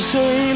say